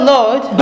Lord